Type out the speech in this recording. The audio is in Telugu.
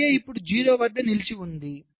కాబట్టి LA ఇప్పుడు 0 వద్ద నిలిచి ఉంది